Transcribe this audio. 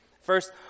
First